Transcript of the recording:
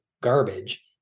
garbage